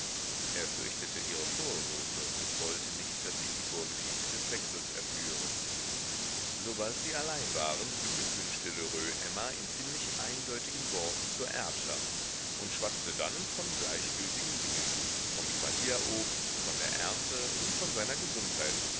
er fürchtete ihre vorwürfe und wollte nicht daß sie die vorgeschichte des wechsels erführe sobald sie allein waren beglückwünschte lheureux emma in ziemlich eindeutigen worten zur erbschaft und schwatzte dann von gleichgültigen dingen vom spalierobst von der ernte und von seiner gesundheit